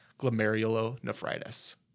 glomerulonephritis